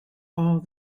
all